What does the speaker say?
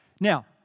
Now